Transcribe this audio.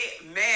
amen